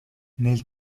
nel